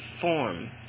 form